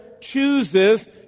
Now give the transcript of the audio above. chooses